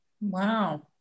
Wow